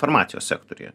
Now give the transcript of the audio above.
farmacijos sektoriuje